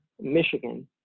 Michigan